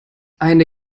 eine